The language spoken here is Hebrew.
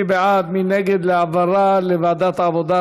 מי בעד ומי נגד העברה לוועדת העבודה,